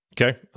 Okay